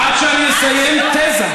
תמתינו בסבלנות, עד שאני אסיים תזה.